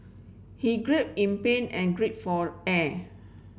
he grip in pain and grape for air